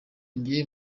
njye